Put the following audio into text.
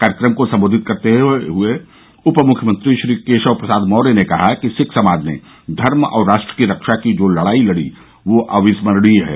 कार्यक्रम को सम्बोधित करते हुए उप मुख्यमंत्री श्री केशव प्रसाद मौर्य ने कहा कि सिख समाज ने धर्म और राष्ट्र की रक्षा की जो लड़ाई लड़ी वह अविस्मरणीय है